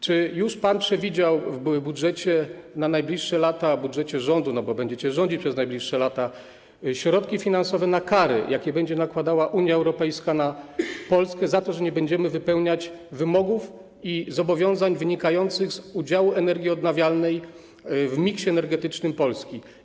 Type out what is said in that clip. Czy już pan przewidział w budżecie na najbliższe lata, w budżecie rządu - bo będziecie rządzić przez najbliższe lata - środki finansowe na kary, jakie będzie nakładała Unia Europejska na Polskę za to, że nie będziemy wypełniać wymogów i zobowiązań wynikających z udziału energii odnawialnej w miksie energetycznym Polski?